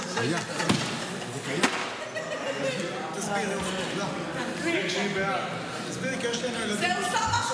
4), התשפ"ג 2023, התקבלה בקריאה הראשונה